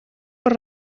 per